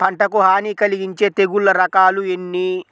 పంటకు హాని కలిగించే తెగుళ్ళ రకాలు ఎన్ని?